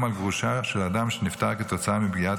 גם על גרושה של האדם שנפטר כתוצאה מפגיעת